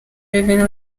revenue